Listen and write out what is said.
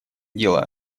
дело